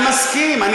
אני מסכים אתך.